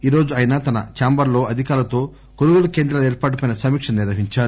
ఈరోజు ఆయన తన చాంబర్లో అధికారులతో కొనుగోలు కేంద్రాల ఏర్పాటు పై సమీకక నిర్వహించారు